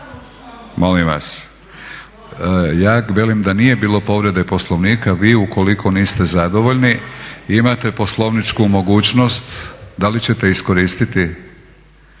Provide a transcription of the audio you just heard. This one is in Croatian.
Molim vas. Ja velim da nije bilo povrede Poslovnika. Vi ukoliko niste zadovoljni imate poslovničku mogućnost. Da li ćete je iskoristiti?